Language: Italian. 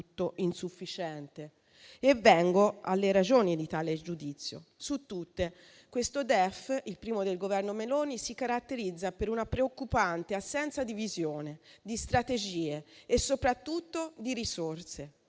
insufficiente e vengo alle ragioni di tale giudizio. Su tutte c'è il fatto che questo DEF, il primo del Governo Meloni, si caratterizza per una preoccupante assenza di visione, di strategie e, soprattutto, di risorse.